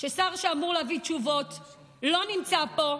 ששר שאמור להביא תשובות לא נמצא פה,